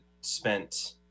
spent